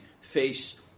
face